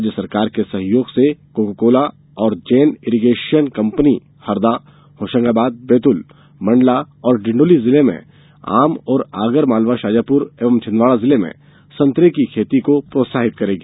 राज्य सरकार के सहयोग से कोका कोला और जैन इरीगेशन कंपनी हरदा होशंगाबाद बैतूल मंडला डिंडौरी जिले में आम और आगर मालवा शाजापुर एवं छिंदवाड़ा जिले में संतरे की खेती को प्रोत्साहित करेगी